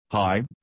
Hi